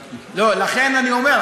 לכן אני אומר,